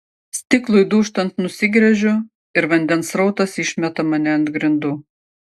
stiklui dūžtant nusigręžiu ir vandens srautas išmeta mane ant grindų